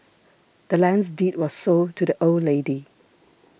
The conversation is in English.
the land's deed was sold to the old lady